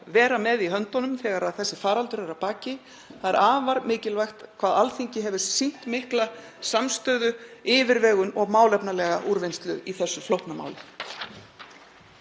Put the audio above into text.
vera með í höndunum þegar þessi faraldur er að baki. Það er afar mikilvægt hvað Alþingi hefur sýnt mikla samstöðu, yfirvegun og málefnalega úrvinnslu í þessu flókna máli.